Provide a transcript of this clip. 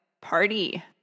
Party